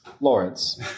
Lawrence